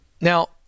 now